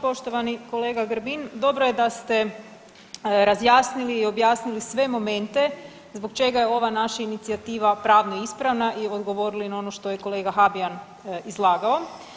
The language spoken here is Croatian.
Poštovani kolega Grbin, dobro je da ste razjasnili i objasnili sve momente zbog čega je ova naša inicijativa pravno ispravna i odgovorili na ono što je kolega Habijan izlagao.